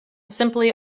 simply